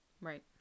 Right